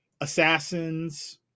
assassins